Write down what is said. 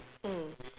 mm